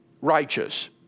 righteous